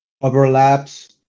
overlaps